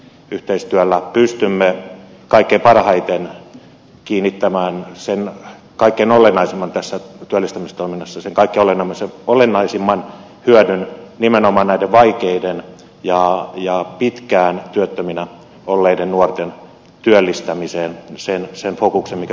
yhteistyöllä pystymme kaikkein parhaiten kiinnittämään sen kaikkein olennaisimman hyödyn tässä työllistämistoiminnassa nimenomaan näiden vaikeasti ja pitkään työttöminä olleiden nuorten työllistämiseen sen fokuksen mikä sinne tarvitaan